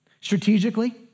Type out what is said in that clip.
strategically